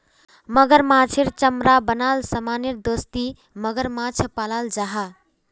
मगरमाछेर चमरार बनाल सामानेर दस्ती मगरमाछ पालाल जाहा